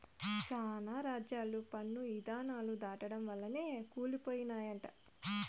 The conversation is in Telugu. శానా రాజ్యాలు పన్ను ఇధానాలు దాటడం వల్లనే కూలి పోయినయంట